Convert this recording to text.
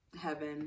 heaven